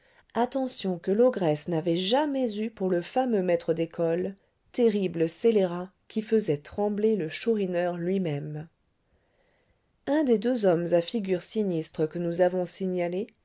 attention que l'ogresse n'avait jamais eue pour le fameux maître d'école terrible scélérat qui faisait trembler le chourineur lui-même un des deux hommes à figure sinistre que nous avons signalés